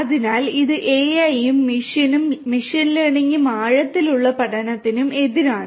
അതിനാൽ ഇത് AI നും മെഷീൻ ലേണിംഗിനും ആഴത്തിലുള്ള പഠനത്തിനും എതിരാണ്